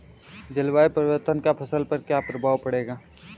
जलवायु परिवर्तन का फसल पर क्या प्रभाव पड़ेगा?